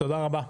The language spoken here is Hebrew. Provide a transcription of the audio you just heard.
תודה רבה.